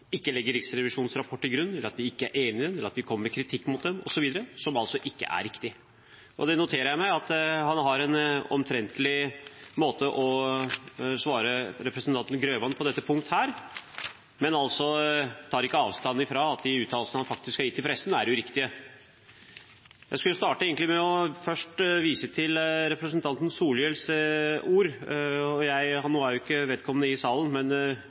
ikke legger Riksrevisjonens rapport til grunn, at vi ikke er enig i den, at vi kommer med kritikk av den, osv., noe som altså ikke er riktig. Jeg noterer meg at han har en omtrentlig måte å svare representanten Grøvan på på dette punktet, men han tar altså ikke avstand fra at de uttalelsene han har gitt til pressen, er uriktige. Jeg skulle egentlig starte med først å vise til representanten Solhjells ord. Nå er ikke vedkommende i salen,